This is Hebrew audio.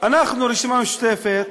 אנחנו, הרשימה המשותפת,